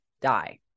die